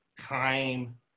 time